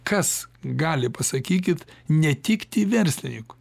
kas gali pasakykit netikti verslininkui